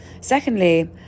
Secondly